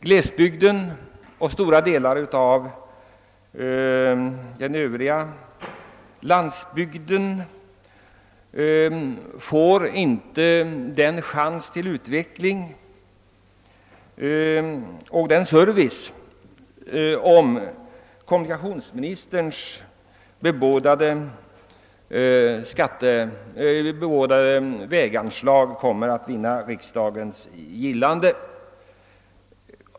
Glesbygden och stora delar av den övriga landsbygden får inte någon chans till utveckling och tillräcklig service, om kommunikations ministerns bebådade väganslag vinner riksdagens gillande.